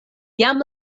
jam